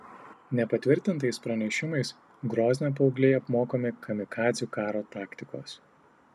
nepatvirtintais pranešimais grozne paaugliai apmokomi kamikadzių karo taktikos